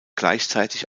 gleichzeitig